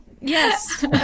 Yes